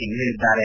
ಸಿಂಗ್ ಹೇಳಿದ್ದಾರೆ